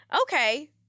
Okay